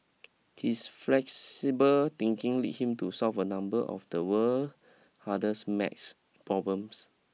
his flexible thinking lead him to solve a number of the world hardest maths problems